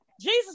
Jesus